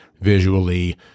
visually